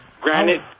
Granted